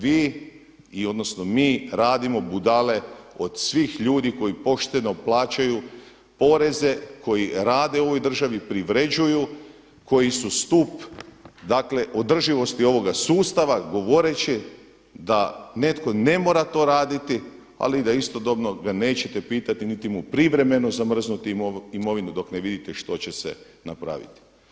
Vi, odnosno mi radimo budale od svih ljudi koji pošteno plaćaju poreze, koji rade u ovoj državi, privređuju, koji su stup, dakle održivosti ovoga sustava govoreći da netko ne mora to raditi, ali da istodobno ga nećete pitati, niti mu privremeno zamrznuti imovinu dok ne vidite što će se napraviti.